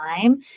time